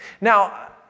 Now